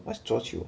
what is 桌球